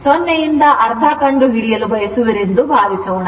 0 ರಿಂದ ಅರ್ಧ ಕಂಡುಹಿಡಿಯಲು ಬಯಸುವಿರೆಂದು ಭಾವಿಸೋಣ